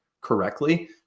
correctly